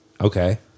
Okay